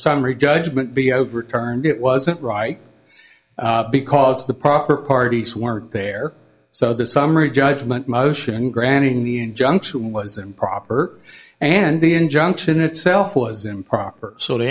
summary judgment be overturned it wasn't right because the proper parties were there so the summary judgment motion granting the injunction was improper and the injunction itself was improper so the